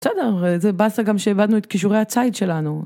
בסדר, זה באסה גם שאיבדנו את כישורי הציד שלנו.